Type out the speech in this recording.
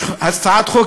הצעת חוק,